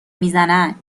میزنن